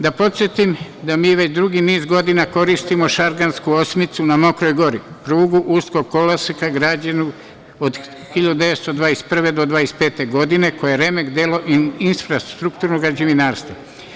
Da podsetim da vi već dugi niz godina koristimo Šargansku osmicu na Mokroj Gori, prugu uskog koloseka građenu od 1921. do 1925. godine, koja je remek delo infrastrukturnog građevinarstva.